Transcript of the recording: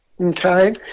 Okay